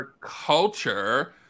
culture